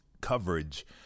coverage